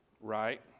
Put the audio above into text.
Right